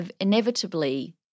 inevitably